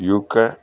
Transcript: UK